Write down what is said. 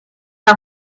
pas